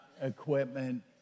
equipment